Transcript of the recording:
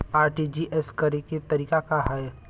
RTGS करे के तरीका का हैं?